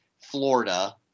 Florida